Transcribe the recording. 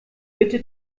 bitte